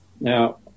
Now